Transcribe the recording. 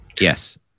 Yes